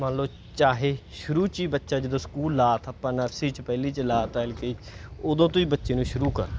ਮੰਨ ਲਓ ਚਾਹੇ ਸ਼ੁਰੂ 'ਚ ਹੀ ਬੱਚਾ ਜਦੋਂ ਸਕੂਲ ਲਾ ਤਾ ਆਪਾਂ ਨਰਸਰੀ 'ਚ ਪਹਿਲੀ 'ਚ ਲਾ ਤਾ ਐਲ ਕੇ ਉਦੋਂ ਤੋਂ ਹੀ ਬੱਚੇ ਨੂੰ ਸ਼ੁਰੂ ਕਰ ਦਿਉ